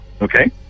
okay